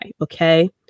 Okay